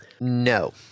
No